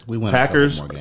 Packers